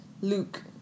Luke